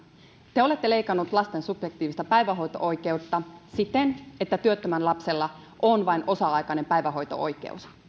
te olette leikanneet lasten subjektiivista päivähoito oikeutta siten että työttömän lapsella on vain osa aikainen päivähoito oikeus